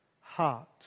heart